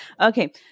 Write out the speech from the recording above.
Okay